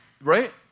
right